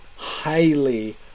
highly